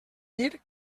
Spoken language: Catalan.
dir